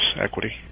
equity